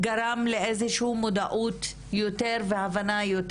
גרם לאיזשהו מודעות יותר והבנה יותר.